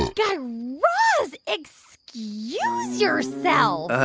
guy raz, excuse yourself